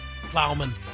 plowman